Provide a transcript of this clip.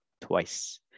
twice